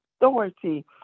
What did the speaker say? authority